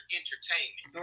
entertainment